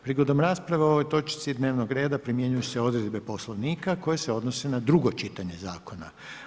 Prigodom rasprave o ovoj točki dnevnog reda primjenjuju se odredbe Poslovnika koje se odnose na drugo čitanje zakona.